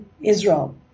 Israel